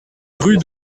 rue